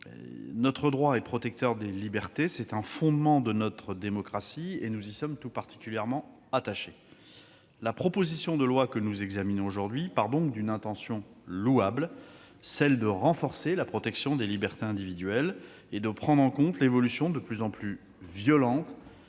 notre droit est protecteur des libertés. C'est un fondement de notre démocratie, et nous y sommes tout particulièrement attachés. La proposition de loi que nous examinons aujourd'hui part d'une intention louable : celle de renforcer la protection des libertés individuelles et de prendre en compte l'évolution de plus en plus violente